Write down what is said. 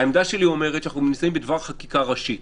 העמדה שלי אומרת שאנחנו נמצאים בדבר חקיקה ראשית